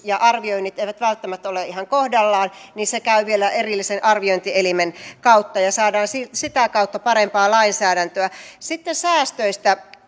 ja arvioinnit eivät välttämättä ole ihan kohdallaan niin se käy vielä erillisen arviointielimen kautta ja saadaan sitä kautta parempaa lainsäädäntöä sitten säästöistä